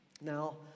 Now